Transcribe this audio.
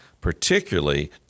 particularly